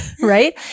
right